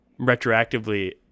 retroactively